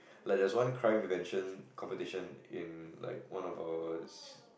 like there's one crime prevention competition in like one of our